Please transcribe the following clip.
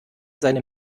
seine